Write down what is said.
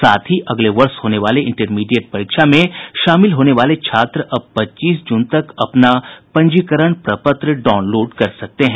साथ ही अगले वर्ष होने वाले इंटरमीडिएट परीक्षा में शामिल होने वाले छात्र अब पच्चीस जून तक अपना पंजीकरण प्रपत्र डाउनलोड कर सकते हैं